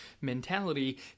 mentality